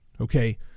Okay